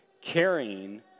carrying